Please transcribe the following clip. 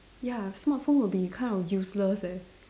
ya smartphone will be kind of useless leh